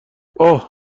اوه